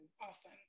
often